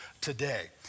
today